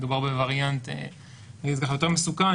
שמדובר בווריאנט יותר מסוכן,